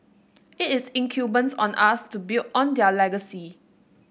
it is incumbent on us to build on their legacy